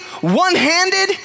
one-handed